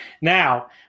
Now